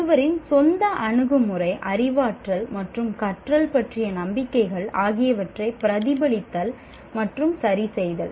ஒருவரின் சொந்த அணுகுமுறை அறிவாற்றல் மற்றும் கற்றல் பற்றிய நம்பிக்கைகள் ஆகியவற்றைப் பிரதிபலித்தல் மற்றும் சரிசெய்தல்